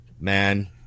man